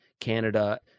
Canada